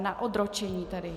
Na odročení tedy.